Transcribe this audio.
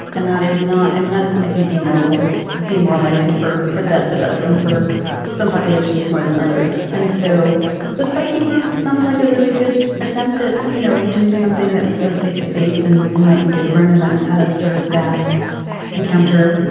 and that is not i mean that is i think demoralized demoralizing for for the best of us and for some populations more than others. and so this biking group it sounded like a really good attempt at you know doing doing something that was sort of face to face and and might be different and then had a sort of bad encounter.